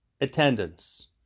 attendance